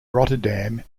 rotterdam